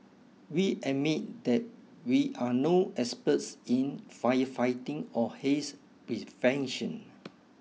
we admit that we are no experts in firefighting or haze prevention